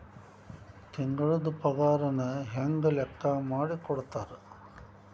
ತಿಂಗಳದ್ ಪಾಗಾರನ ಹೆಂಗ್ ಲೆಕ್ಕಾ ಮಾಡಿ ಕೊಡ್ತಾರಾ